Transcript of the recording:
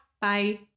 Bye